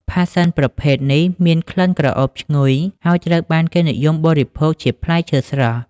ផាសសិនប្រភេទនេះមានក្លិនក្រអូបឈ្ងុយ ហើយត្រូវបានគេនិយមបរិភោគជាផ្លែឈើស្រស់។